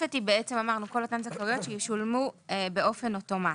התוספת היא כל אותן הזכאויות שישולמו באופן אוטומטי,